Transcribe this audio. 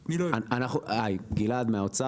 אני לא מכיר עד הסוף את הפשרה,